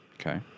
Okay